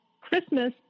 christmas